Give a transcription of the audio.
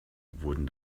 wurden